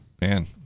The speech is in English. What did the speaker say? Man